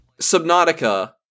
Subnautica